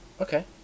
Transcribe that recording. okay